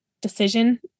decision